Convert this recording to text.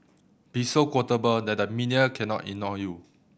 be so quotable that the media cannot ignore you